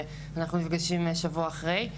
ואנחנו נפגשים שבוע אחרי.